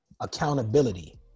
accountability